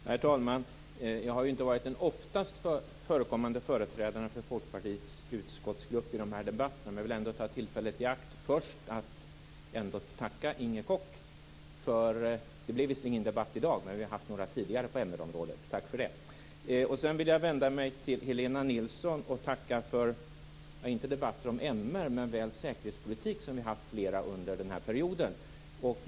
Herr talman! Jag har inte varit den oftast förekommande företrädaren för Folkpartiets utskottsgrupp i de här debatterna, men jag vill ändå ta tillfället i akt för att tacka Inger Koch för - det blir visserligen ingen debatt i dag om det - debatter på MR-området. Sedan vill jag vända mig till Helena Nilsson och tacka för inte debatter om MR men väl om säkerhetspolitik som vi haft flera under den här perioden.